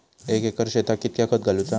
एक एकर शेताक कीतक्या खत घालूचा?